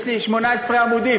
יש לי 18 עמודים,